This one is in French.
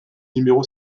numéro